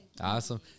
Awesome